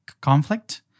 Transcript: conflict